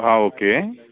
okay